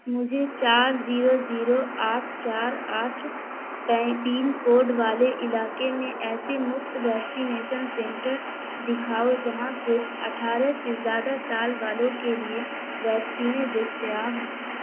مجھے چار zero zero آٹھ چار آٹھ پیں پن کوڈ والے علاقے میں ایسے مفت ویکسینیشن سینٹر دکھاؤ جہاں صرف اٹھارہ سے زیادہ سال والوں کے لیے ویکسینیں دستیاب ہوں